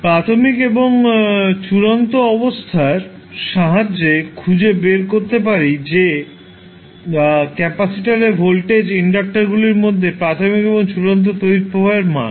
প্রাথমিক এবং চূড়ান্ত অবস্থার সাহায্যে খুঁজে বের করতে পারি বা ক্যাপাসিটর এ ভোল্টেজ ইন্ডাক্টরগুলির মধ্যে প্রাথমিক এবং চূড়ান্ত তড়িৎ প্রবাহের মান